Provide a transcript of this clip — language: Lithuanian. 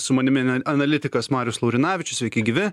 su manimi analitikas marius laurinavičius sveiki gyvi